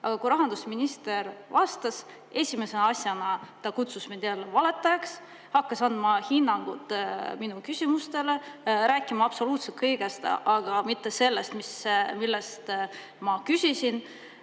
Aga kui rahandusminister vastas, siis esimese asjana ta nimetas mind jälle valetajaks, hakkas andma hinnangut minu küsimustele, rääkima absoluutselt kõigest, aga mitte sellest, mille kohta ma küsisin.